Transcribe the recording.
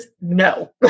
no